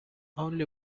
only